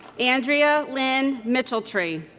andrea lynne mitcheltree